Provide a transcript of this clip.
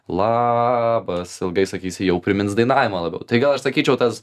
labas ilgai sakysi jau primins dainavimą labiau tai gal aš sakyčiau tas